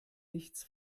nichts